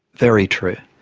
very true.